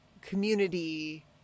community